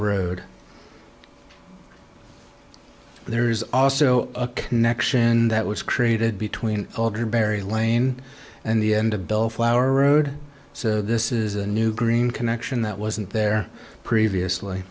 road there is also a connection that was created between berry lane and the end of bellflower road so this is a new green connection that wasn't there previously